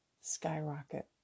skyrocket